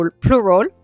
plural